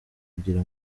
kugira